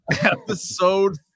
episode